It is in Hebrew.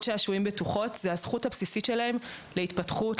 שעשועים בטוחות היא הזכות הבסיסית שלהם להתפתחות,